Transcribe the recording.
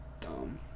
dumb